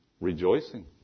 Rejoicing